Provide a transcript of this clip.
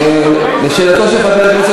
אני רוצה לדעת, הבית היהודי.